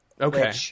Okay